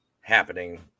happening